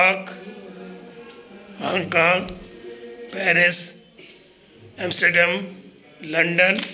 अंक Hong Kong Paris Amsterdam London